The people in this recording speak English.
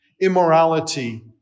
immorality